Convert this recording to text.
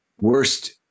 worst